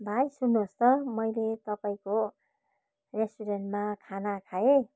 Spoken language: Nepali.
भाइ सुन्नुहोस् त मैले तपाईँको रेस्टुरेन्टमा खाना खाएँ